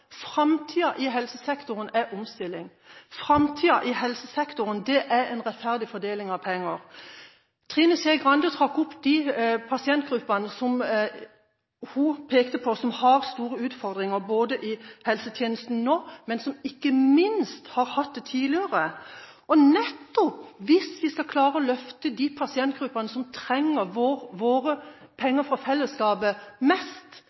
framtida. Framtida i helsesektoren er omstilling. Framtida i helsesektoren er en rettferdig fordeling av penger. Trine Skei Grande trakk fram de pasientgruppene som hun mente har store utfordringer – både i helsetjenesten nå og ikke minst tidligere. Hvis vi skal klare å løfte de pasientgruppene som trenger våre penger fra fellesskapet mest,